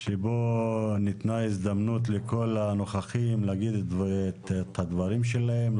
שבו ניתנה הזדמנות לכל הנוכחים להגיד את הדברים שלהם.